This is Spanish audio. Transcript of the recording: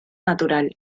natural